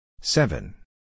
Seven